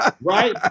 right